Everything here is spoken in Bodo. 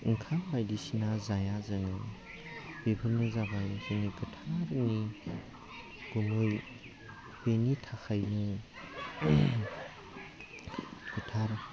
ओंखाम बायदिसिना जाया जोङो बेफोरनो जाबाय जोंनि गोथार जोंनि गुबै बेनि थाखायनो गोथार